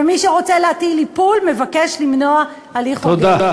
ומי שרוצה להטיל איפול מבקש למנוע הליך הוגן.